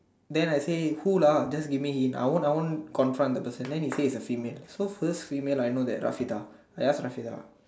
then I say who lah just give me I won't I won't confront the person then he say is a female so first female I know that lah Fida I ask lah Fida